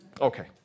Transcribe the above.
Okay